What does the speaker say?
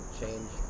change